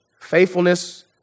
Faithfulness